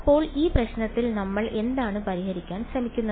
അപ്പോൾ ഈ പ്രശ്നത്തിൽ നമ്മൾ എന്താണ് പരിഹരിക്കാൻ ശ്രമിക്കുന്നത്